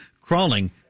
crawling